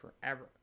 forever